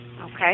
Okay